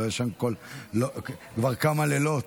כי הוא לא ישן כבר כמה לילות.